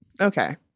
Okay